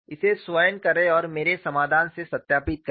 इसे स्वयं करें और मेरे समाधान से सत्यापित करें